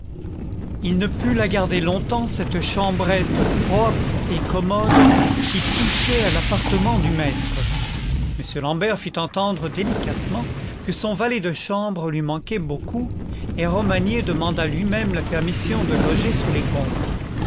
il ne put la garder longtemps cette cham brette propre et commode qui touchait à l'ap partement du maître m l'ambert fit entendre délicatement que son valet de chambre lui manquait beaucoup et romagné demanda luimême la permission de loger sous les combles